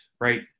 right